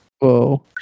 Whoa